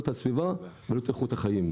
לא את הסביבה ולא את איכות החיים.